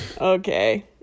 okay